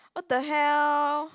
!what the hell!